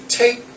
take